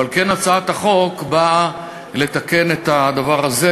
ועל כן הצעת החוק באה לתקן את הדבר הזה.